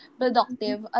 productive